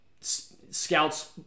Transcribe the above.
scouts